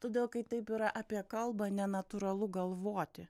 todėl kai taip yra apie kalbą nenatūralu galvoti